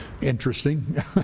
interesting